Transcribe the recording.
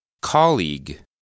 Colleague